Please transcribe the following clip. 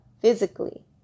physically